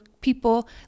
people